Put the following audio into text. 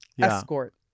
escort